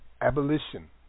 Abolition